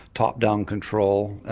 top-down control,